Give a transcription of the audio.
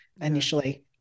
initially